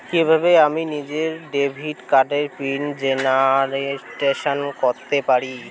কিভাবে আমি নিজেই ডেবিট কার্ডের পিন জেনারেট করতে পারি?